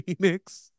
Phoenix